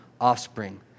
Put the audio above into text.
offspring